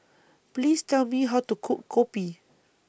Please Tell Me How to Cook Kopi